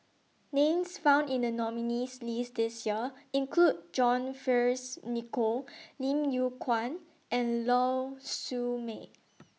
Names found in The nominees' list This Year include John Fearns Nicoll Lim Yew Kuan and Lau Siew Mei